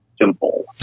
simple